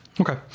Okay